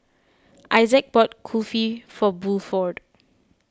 Issac bought Kulfi for Bluford